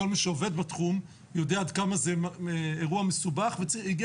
כל מי שעובד בתחום יודע עד כמה זה אירוע מסובך והגיע